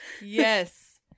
Yes